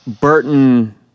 Burton